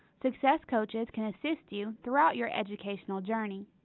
success coaches can assist you throughout your educational journey.